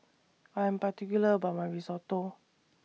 I'm particular about My Risotto